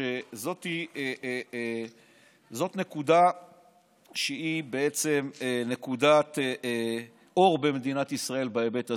שזאת נקודה שהיא בעצם נקודת אור במדינת ישראל בהיבט הזה.